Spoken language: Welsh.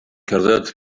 cerdded